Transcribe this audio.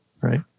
right